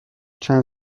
چند